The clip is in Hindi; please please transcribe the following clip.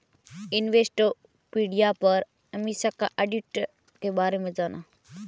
इन्वेस्टोपीडिया पर अमीषा ने ऑडिटर के बारे में जाना